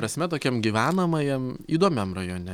prasme tokiam gyvenamajam įdomiam rajone